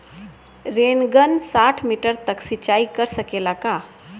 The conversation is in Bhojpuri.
रेनगन साठ मिटर तक सिचाई कर सकेला का?